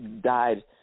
died